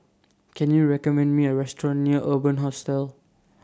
Can YOU recommend Me A Restaurant near Urban Hostel